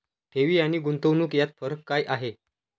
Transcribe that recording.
ठेवी आणि गुंतवणूक यात फरक काय आहे?